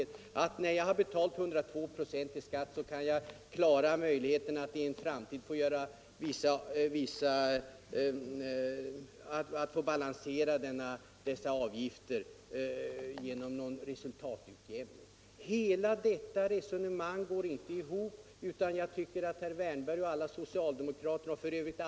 Hela resonemanget om att när jag har betalat 102 96 i skatt har jag möjlighet att i en framtid balansera dessa avgifter genom någon resultatutjämning går inte ihop. Jag tycker att herr Wärnberg och alla socialdemokrater — och f.ö.